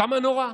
כמה נורא.